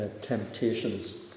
temptations